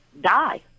die